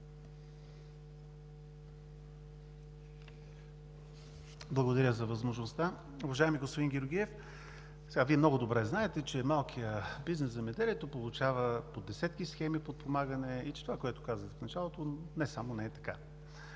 Благодаря за възможността. Уважаеми господин Георгиев, Вие много добре знаете, че малкият бизнес, земеделието, получава по десетки схеми подпомагане и че това, което казах в началото, не само не е така.